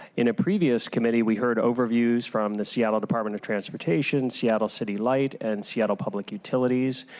in a previous committee, we heard overviews from the seattle department of transportation, seattle city light, and seattle public utilities.